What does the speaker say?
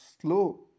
slow